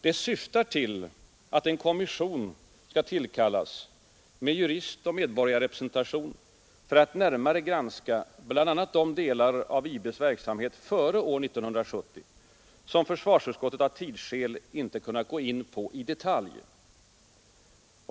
Det syftar till att en kommission skall tillkallas med juristoch medborgarrepresentation för att närmare granska bl.a. de delar av IB:s verksamhet före år 1970 som försvarsutskottet av tidsskäl inte kunnat gå in på i detalj.